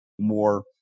more